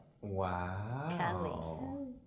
Wow